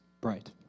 bright